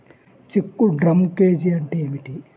చెక్కు truncation అంటే ఏమిటి?